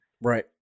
Right